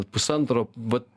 pusantro vat